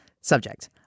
Subject